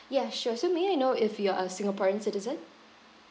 ya sure so may I know if you're a singaporean citizen